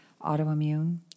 autoimmune